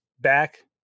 back